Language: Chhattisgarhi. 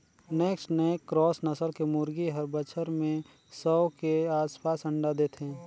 नैक्ड नैक क्रॉस नसल के मुरगी हर बच्छर में सौ के आसपास अंडा देथे